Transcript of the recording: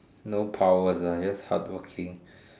no powers ah just hardworking